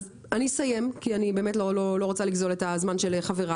אז אני אסיים כי אני לא רוצה לגזול את הזמן של חברי